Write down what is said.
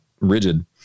rigid